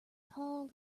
tall